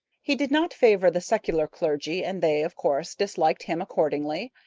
he did not favor the secular clergy, and they, of course, disliked him accordingly.